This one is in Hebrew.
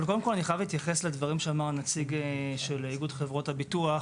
אבל קודם אני חייב להתייחס לדברים שאמר נציג חברות הביטוח.